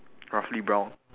roughly brown